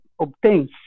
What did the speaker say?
obtains